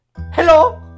Hello